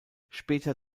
später